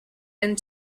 and